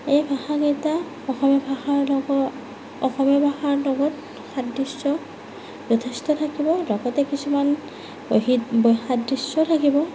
এই ভাষাকেইটা অসমীয়া ভাষাৰ লগত অসমীয়া ভাষাৰ লগত সাদৃশ্য যথেষ্ট থাকিব লগতে কিছুমান বৈসাদৃশ্য থাকিব